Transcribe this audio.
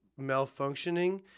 malfunctioning